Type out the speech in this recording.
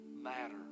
matter